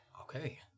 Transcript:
okay